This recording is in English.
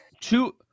two